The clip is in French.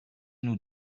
nous